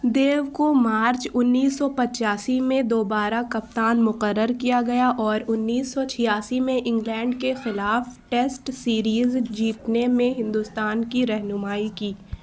دیو کو مارچ انیس سو پچاسی میں دوبارہ کپتان مقرر کیا گیا اور انیس سو چھیاسی میں انگلینڈ کے خلاف ٹیسٹ سیریز جیتنے میں ہندوستان کی رہنمائی کی